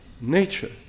nature